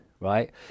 right